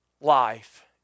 life